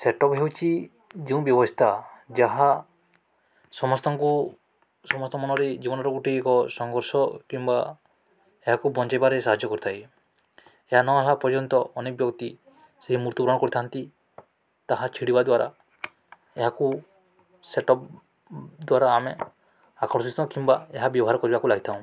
setup ହେଉଛି ଯେଉଁ ବ୍ୟବସ୍ଥା ଯାହା ସମସ୍ତଙ୍କୁ ସମସ୍ତ ମନରେ ଜୀବନର ଗୋଟିଏ ଏକ ସଂଘର୍ଷ କିମ୍ବା ଏହାକୁ ବଞ୍ଚାଇବାରେ ସାହାଯ୍ୟ କରିଥାଏ ଏହା ନ ଏହା ପର୍ଯ୍ୟନ୍ତ ଅନେକ ବ୍ୟକ୍ତି ସେଇ ମୃତ୍ୟୁ ଗରଣ କରିଥାନ୍ତି ତାହା ଛିଡ଼ିବା ଦ୍ୱାରା ଏହାକୁ ସେଟପ୍ ଦ୍ୱାରା ଆମେ ଆକର୍ଷିତ କିମ୍ବା ଏହା ବ୍ୟବହାର କରିବାକୁ ଲାଗିଥାଉ